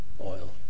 oil